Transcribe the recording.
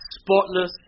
spotless